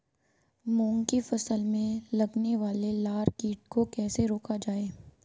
मूंग की फसल में लगने वाले लार कीट को कैसे रोका जाए?